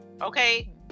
Okay